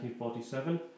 1947